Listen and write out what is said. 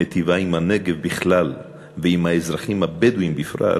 המטיבה עם הנגב בכלל ועם האזרחים הבדואים בפרט,